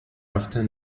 often